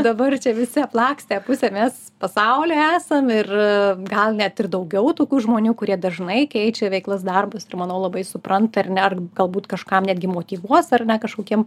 dabar čia visi aplakstę pusę mes pasaulio esam ir gal net ir daugiau tokių žmonių kurie dažnai keičia veiklas darbus ir manau labai supranta ir net gi galbūt kažkam netgi motyvuos ar ne kažkokiem